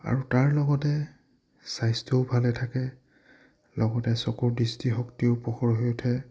আৰু তাৰ লগতে স্বাস্থ্যও ভালে থাকে লগতে চকুৰ দৃষ্টিশক্তিও প্ৰখৰ হৈ উঠে